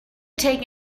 take